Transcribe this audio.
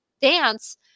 dance